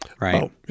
right